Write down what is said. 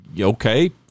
Okay